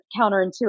counterintuitive